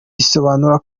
bisobanura